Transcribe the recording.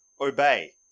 Obey